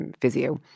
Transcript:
physio